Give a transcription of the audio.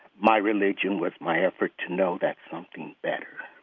my religion was my effort to know that something better.